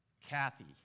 Kathy